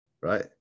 Right